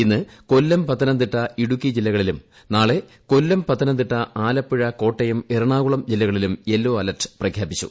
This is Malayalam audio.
ഇന്ന് കൊല്ലം പത്തനംതിട്ട ഇടുക്കി ജില്ലകളിലും നാളെ കൊല്ലം പത്തനംതിട്ട ആലപ്പുഴ കോട്ടയം എറണാകുളം ജില്ലകളിൽ യെല്ലോ അലർട്ട് പ്രഖ്യാപിച്ചു